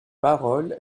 parole